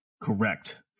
Correct